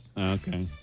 Okay